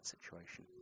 situation